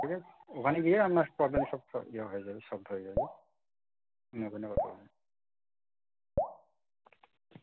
ঠিক আছে ওখানে গিয়ে আনার প্রবলেমের সব সল ইয়ে হয়ে যাবে সলভড হয়ে যাবে আপনি ওখানে কথা বলুন